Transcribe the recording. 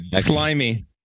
Slimy